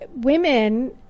Women